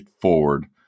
forward